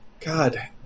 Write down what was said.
God